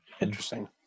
Interesting